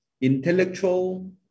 Intellectual